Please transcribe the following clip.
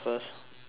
before